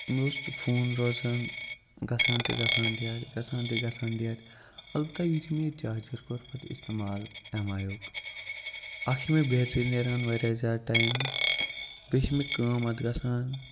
مےٚ اوس نہٕ فون روزان گژھان تہِ گژھان ڈٮ۪ڈ گژھان تہِ گژھان ڈٮ۪ڈ البتہ یُتھُے مےٚ یہِ چارجَر کوٚر پَتہٕ استعمال اٮ۪م آی یُک اَکھ چھِ مےٚ بیٹرٛی نیران واریاہ زیادٕ ٹایِم بیٚیہِ چھِ مےٚ کٲم اَتھ گژھان